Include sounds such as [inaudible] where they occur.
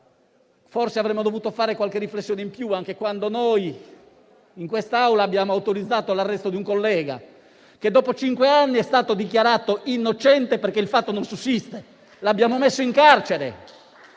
stessi avremmo dovuto fare qualche riflessione in più, anche quando, in quest'Aula, abbiamo autorizzato l'arresto di un collega, che dopo cinque anni è stato dichiarato innocente perché il fatto non sussiste. [applause] L'abbiamo messo in carcere: